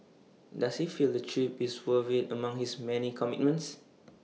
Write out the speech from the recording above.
does he feel the trip is worth IT among his many commitments